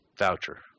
voucher